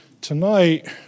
Tonight